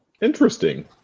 interesting